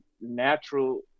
natural